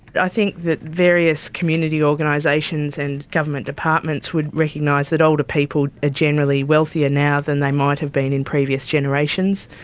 i think that various community organisations and government departments would recognise that older people are generally wealthier now than they might have been in previous generations.